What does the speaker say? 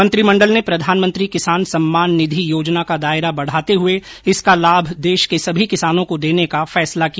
मंत्रिमंडल ने प्रधानमंत्री किसान सम्मान निधि योजना का दायरा बढ़ाते हुए इसका लाभ देश के सभी किसानों को देने का फैसला किया